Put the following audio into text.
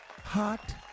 Hot